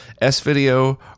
S-video